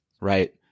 right